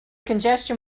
congestion